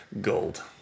gold